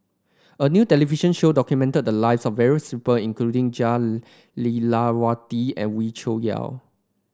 a new television show documented the lives of various people including Jah Lelawati and Wee Cho Yaw